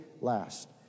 last